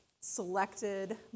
selected